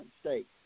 states